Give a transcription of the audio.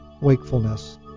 wakefulness